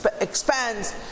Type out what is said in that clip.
expands